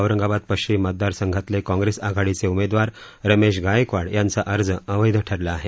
औरंगाबाद पश्चिम मतदार संघातले काँग्रेस आघाडीचे उमेदवार रमेश गायकवाड यांचा अर्ज अवैध ठऱला आहे